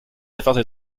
affaires